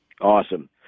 Awesome